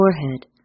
forehead